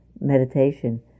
meditation